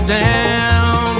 down